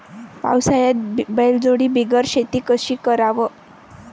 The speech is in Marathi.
पावसाळ्यात बैलजोडी बिगर शेती कशी कराव?